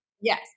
yes